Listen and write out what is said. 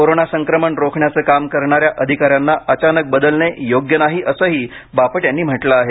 corona संक्रमण रोखण्याचे काम करणाऱ्या अधिकाऱ्यांना अचानक बदलणे योग्य नाही असंही बापट यांनी म्हटलं आहे